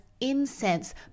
incense